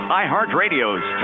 iHeartRadio's